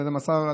וזה מסר לזה,